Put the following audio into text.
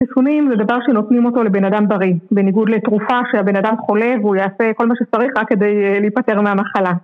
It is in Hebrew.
חיסונים זה דבר שנותנים אותו לבן אדם בריא, בניגוד לתרופה כשהבן אדם חולה והוא יעשה כל מה שצריך רק כדי להיפטר מהמחלה